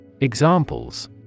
Examples